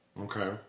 Okay